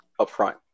upfront